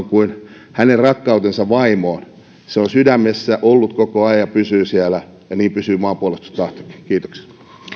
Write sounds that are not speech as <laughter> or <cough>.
<unintelligible> kuin hänen rakkautensa vaimoon se on sydämessä ollut koko ajan ja pysyy siellä ja niin pysyy maanpuolustustahtokin kiitoksia